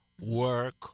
work